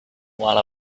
while